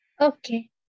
Okay